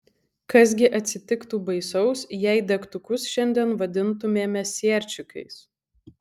kas gi atsitiktų baisaus jei degtukus šiandien vadintumėme sierčikais